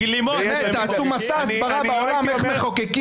תעשו מסע הסברה בעולם איך מחוקקים.